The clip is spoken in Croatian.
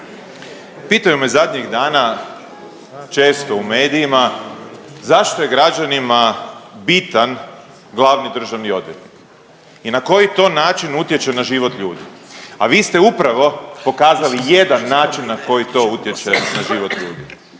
Pitaju me zadnjih dana često u medijima zašto je građanima bitan glavni državni odvjetnik i na koji to način utječe na život ljudi, a vi ste upravo pokazali jedan način na koji to utječe na život ljudi,